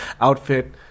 outfit